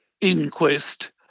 inquest